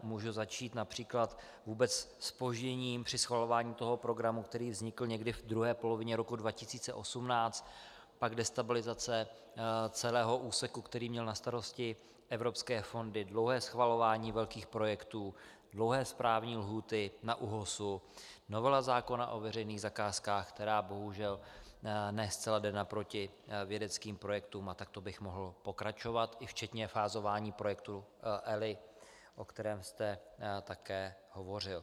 Můžu začít například vůbec zpožděním při schvalování toho programu, který vznikl někdy v druhé polovině roku 2018 (?), pak destabilizace celého úseku, který měl na starosti evropské fondy, dlouhé schvalování velkých projektů, dlouhé správní lhůty na ÚOHS, novela zákona o veřejných zakázkách, která bohužel ne zcela jde naproti vědeckým projektům, a takto bych mohl pokračovat i včetně fázování projektu ELI, o kterém jste také hovořil.